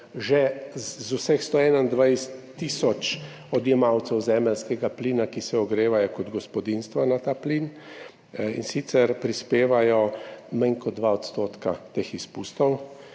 že zaradi vseh 121 tisoč odjemalcev zemeljskega plina, ki se ogrevajo kot gospodinjstva na ta plin, in sicer prispevajo manj kot 2 % teh izpustov.